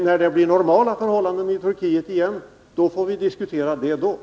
När det blir normala förhållanden i Turkiet får vi diskutera saken igen.